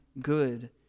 good